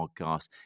podcast